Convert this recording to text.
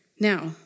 Now